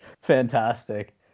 fantastic